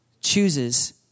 chooses